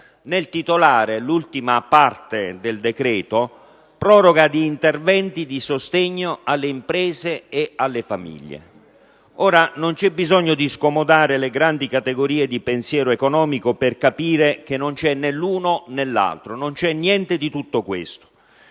nel titolare l'ultima parte del decreto «proroga di interventi di sostegno alle imprese e alle famiglie». Non c'è bisogno di scomodare le grandi categorie del pensiero economico per capire che non c'è niente di tutto ciò.